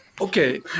Okay